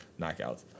knockouts